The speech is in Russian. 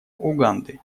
уганды